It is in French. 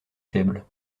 faibles